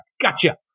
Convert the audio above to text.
Gotcha